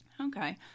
Okay